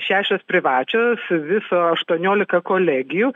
šešios privačios viso aštuoniolika kolegijų